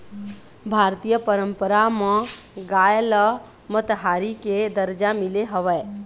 भारतीय पंरपरा म गाय ल महतारी के दरजा मिले हवय